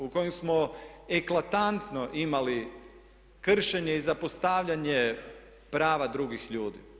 U kojem smo eklatantno imali kršenje i zapostavljanje prava drugih ljudi.